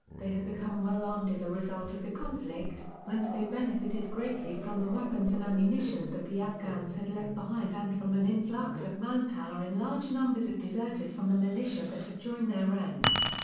they had become well-armed as a result of the conflict, whence they benefitted greatly from the weapons and ammunition that the afghans had left behind and from an influx of manpower in large numbers of deserters from the militia that had joined their ranks.